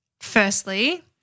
Firstly